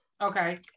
Okay